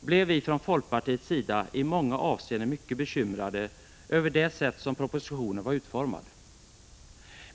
blev vi från folkpartiets sida i många avseenden mycket bekymrade över hur propositionen var utformad.